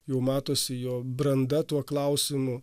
jau matosi jo branda tuo klausimu